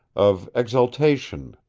of exaltation,